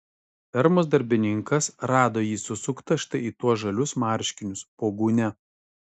fermos darbininkas rado jį susuktą štai į tuos žalius marškinius po gūnia